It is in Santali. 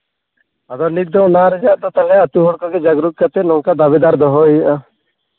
ᱟᱫᱚ ᱱᱤᱛ ᱫᱚ ᱱᱚᱣᱟ ᱨᱮᱭᱟᱜ ᱫᱚ ᱛᱟᱦᱚᱞᱮ ᱟᱛᱳ ᱦᱚᱲ ᱠᱚᱜᱮ ᱡᱟᱜᱽᱨᱚᱛ ᱠᱟᱛᱮᱫ ᱱᱚᱝᱠᱟ ᱫᱟᱹᱵᱤᱫᱟᱨ ᱫᱚᱦᱚᱭ ᱦᱩᱭᱩᱜᱼᱟ